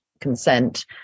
consent